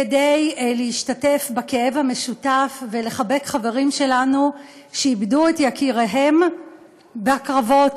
כדי להשתתף בכאב המשותף ולחבק חברים שלנו שאיבדו את יקיריהם בקרבות